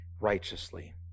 righteously